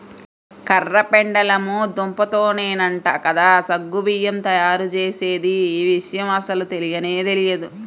కర్ర పెండలము దుంపతోనేనంట కదా సగ్గు బియ్యం తయ్యారుజేసేది, యీ విషయం అస్సలు తెలియనే తెలియదు